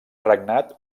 regnat